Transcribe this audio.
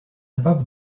above